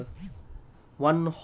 எல்லாத்தையும் கேளு போ:ellathaiyum kelu po